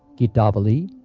gitavali,